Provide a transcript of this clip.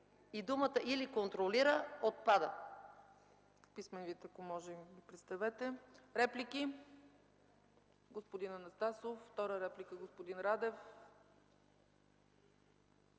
и думите „или контролира” отпадат.